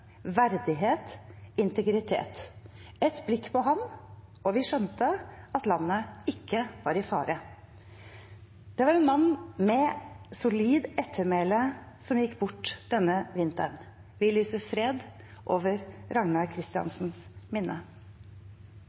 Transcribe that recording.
verdighet, integritet. Et blikk på han, og vi skjønte at landet ikke var i fare.» Det var en mann med solid ettermæle som gikk bort denne vinteren. Vi lyser fred over Ragnar Christiansens minne.